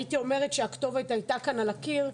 הייתי אומרת שהכתובת הייתה כאן על הקיר,